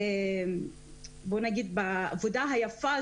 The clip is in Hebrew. אבל ישראל הכי מתאימה.